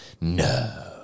No